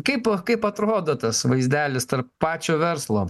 kaip kaip atrodo tas vaizdelis tarp pačio verslo